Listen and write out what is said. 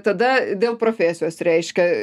tada dėl profesijos reiškia